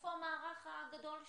איפה המערך הגדול שלנו?